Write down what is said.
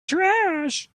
trash